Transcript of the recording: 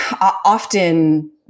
often